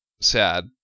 sad